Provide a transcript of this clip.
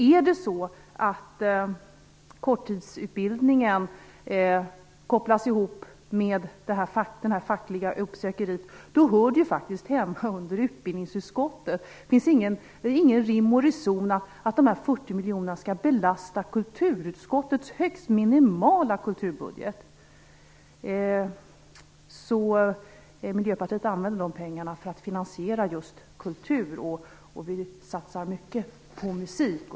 Om korttidsutbildningen kopplas ihop med den fackliga uppsökande verksamheten hör den ju faktiskt hemma under utbildningsutskottet. Det finns ingen rim och reson i att dessa 40 miljoner skall belasta kulturutskottets högst minimala kulturbudget. Miljöpartiet använder dessa pengar för att finansiera just kultur. Vi satsar mycket på musik.